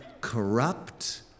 corrupt